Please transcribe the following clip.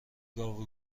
گاو